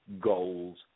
goals